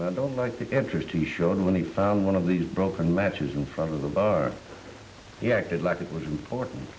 i don't like the entrance to the show and when he found one of these broken matches in front of the bar he acted like it was important